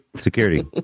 Security